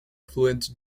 fluent